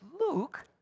Luke